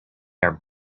are